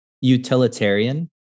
utilitarian